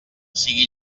sigui